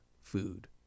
food